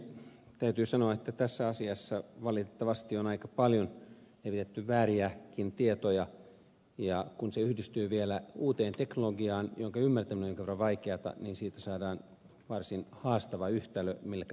täytyy sanoa että tässä asiassa valitettavasti on aika paljon esitetty vääriäkin tietoja ja kun se yhdistyy vielä uuteen teknologiaan jonka ymmärtäminenkin on jonkin verran vaikeata niin siitä saadaan varsin haastava yhtälö millekä tahansa lainsäädännölle